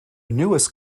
newest